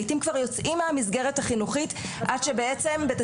לעתים כבר יוצאים מהמסגרת החינוכית עד שבעצם בית